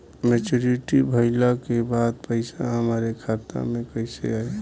Maturity भईला के बाद पईसा हमरे खाता में कइसे आई?